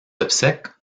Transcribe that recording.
obsèques